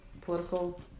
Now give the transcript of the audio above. political